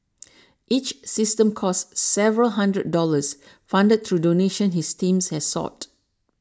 each system costs several hundred dollars funded through donations his team has sought